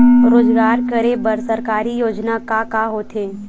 रोजगार करे बर सरकारी योजना का का होथे?